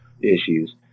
issues